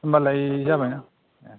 होम्बालाय जाबायना ए